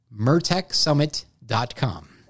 mertechsummit.com